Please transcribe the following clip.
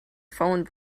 phone